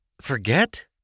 Forget